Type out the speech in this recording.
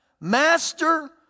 Master